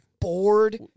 bored